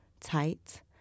tight